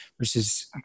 versus